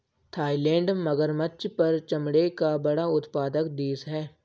Thailand मगरमच्छ पर चमड़े का बड़ा उत्पादक देश है